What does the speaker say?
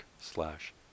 slash